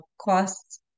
costs